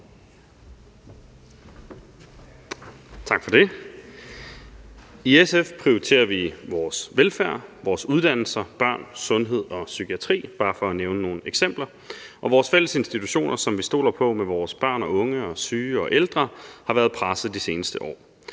I SF prioriterer vi vores velfærd, vores uddannelser, børn, sundhed og psykiatri – bare for at nævne nogle eksempler. Vores fælles institutioner, som vi stoler på, for vores børn og unge og syge og ældre har været presset de seneste år.